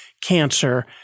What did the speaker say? cancer